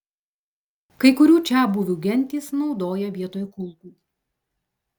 kai kurių čiabuvių gentys naudoja vietoj kulkų